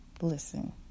listen